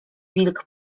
wilk